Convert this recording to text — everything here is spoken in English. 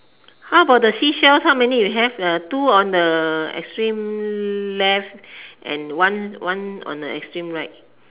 how about the seashells how many you have two on the extreme left and one one on the extreme right